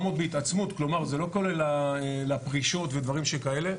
בהתעצמות, כלומר זה לא כולל לפרישות ודברים שכאלה,